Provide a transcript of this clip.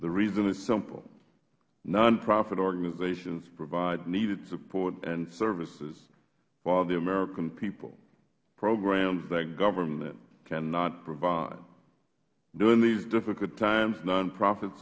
the reason is simple nonprofit organizations provide needed support and services for the american people programs that government cannot provide during these difficult times nonprofits